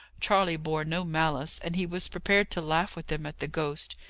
charley bore no malice, and he was prepared to laugh with them at the ghost.